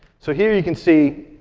so here you can see,